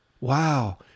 Wow